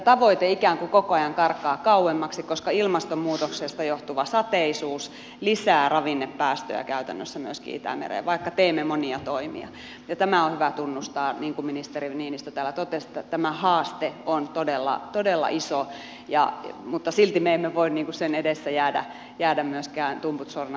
tavoite ikään kuin koko ajan karkaa kauemmaksi koska ilmastonmuutoksesta johtuva sateisuus lisää ravinnepäästöjä käytännössä myöskin itämereen vaikka teemme monia toimia ja tämä on hyvä tunnustaa niin kuin ministeri niinistö täällä totesi että tämä haaste on todella todella iso mutta silti me emme voi sen edessä jäädä myöskään tumput suorina seisomaan